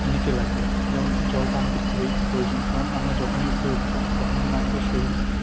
নিতে লাগবে যেমনকি জলটা আমাদের খুবই প্রয়োজন কারণ আমরা যখনই উপরে উঠবো তখন কিন্তু আমাদের শরীর